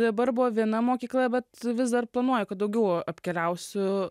dabar buvo viena mokykla bet vis dar planuoju kad daugiau apkeliausiu